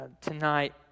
tonight